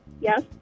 Yes